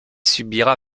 subira